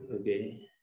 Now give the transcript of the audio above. okay